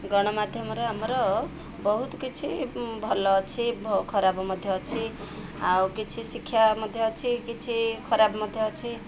ଗଣମାଧ୍ୟମରେ ଆମର ବହୁତ କିଛି ଭଲ ଅଛି ଖରାପ ମଧ୍ୟ ଅଛି ଆଉ କିଛି ଶିକ୍ଷା ମଧ୍ୟ ଅଛି କିଛି ଖରାପ ମଧ୍ୟ ଅଛି